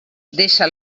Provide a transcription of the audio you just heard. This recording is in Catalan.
deixa